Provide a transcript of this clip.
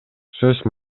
сөз